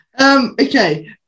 Okay